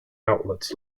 outlets